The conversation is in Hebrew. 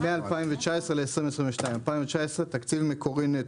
מ-2019 ל-2022, תקציב מקורי נטו.